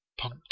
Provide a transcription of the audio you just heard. Punk